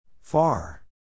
Far